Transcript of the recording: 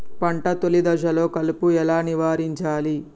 పంట తొలి దశలో కలుపు ఎలా నివారించాలి?